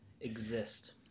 exist